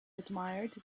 admired